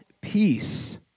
peace